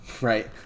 right